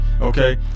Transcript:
okay